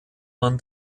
man